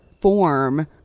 form